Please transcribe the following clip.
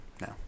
No